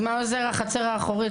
לא הבנתי במה עוזרת החצר האחורית,